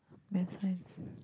math science